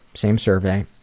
same survey.